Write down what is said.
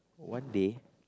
one day